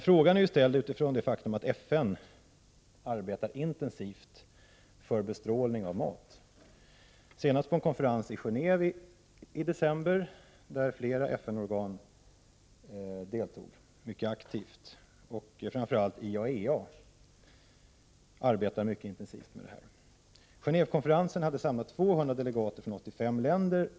Frågan är ställd mot bakgrund av det faktum att FN har arbetat intensivt för bestrålning av mat, senast på en konferens i Geneve i december förra året, där flera FN-organ deltog aktivt. Framför allt IAEA arbetar mycket intensivt med den här saken. Gendvekonferensen hade samlat 200 delegater från 85 länder.